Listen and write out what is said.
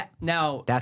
Now